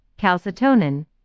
calcitonin